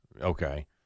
Okay